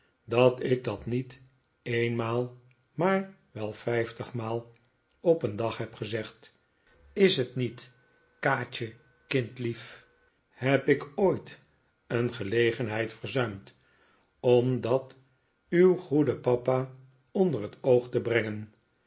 dat ik dat niet eenmaal maar wel vijftigmaal op een dag heb gezegd is t niet kaatje kindlief heb ik ooit een gelegenheid verzuimd om dat uw goeden papa onder het oog te brengen